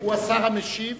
הוא השר המשיב